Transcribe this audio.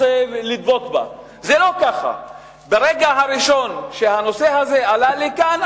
ההוכחה לכך היא שברגע הראשון שהנושא הזה עלה כאן,